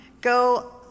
go